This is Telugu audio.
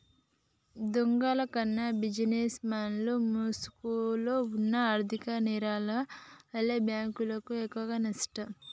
దొంగల కన్నా బిజినెస్ మెన్ల ముసుగులో వున్న ఆర్ధిక నేరగాల్ల వల్లే బ్యేంకులకు ఎక్కువనష్టం